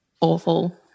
Awful